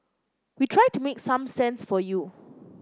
we try to make some sense for you